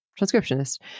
transcriptionist